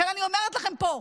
לכן אני אומרת לכם פה,